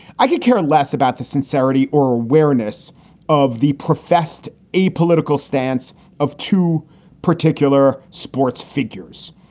i could care less about the sincerity or awareness of the professed apolitical stance of two particular sports figures.